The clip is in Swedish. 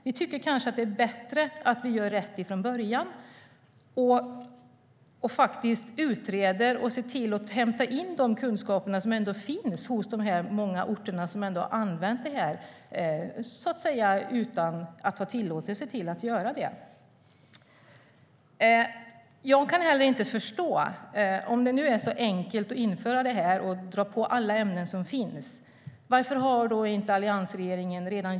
Vi tycker att det är bättre att vi gör rätt från början genom att utreda och inhämta de kunskaper som finns på de många orter som har använt det här, utan tillåtelse. Om det nu är så enkelt att införa detta och för alla ämnen, varför gjorde inte alliansregeringen det?